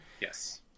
Yes